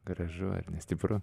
gražu ar ne stipru